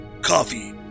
Coffee